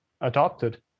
adopted